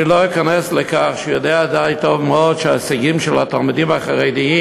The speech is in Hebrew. אני לא אכנס לכך שהוא יודע טוב מאוד שההישגים של התלמידים החרדים,